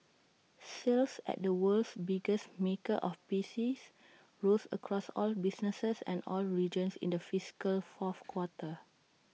sales at the world's biggest maker of P Cs rose across all businesses and all regions in the fiscal fourth quarter